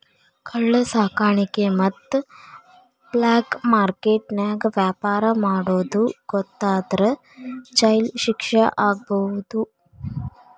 ಕಳ್ಳ ಸಾಕಾಣಿಕೆ ಮತ್ತ ಬ್ಲಾಕ್ ಮಾರ್ಕೆಟ್ ನ್ಯಾಗ ವ್ಯಾಪಾರ ಮಾಡೋದ್ ಗೊತ್ತಾದ್ರ ಜೈಲ್ ಶಿಕ್ಷೆ ಆಗ್ಬಹು